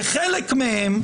בחלק מהם,